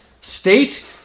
state